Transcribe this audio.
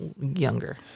younger